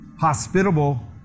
hospitable